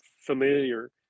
familiar